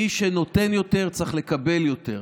מי שנותן יותר צריך לקבל יותר.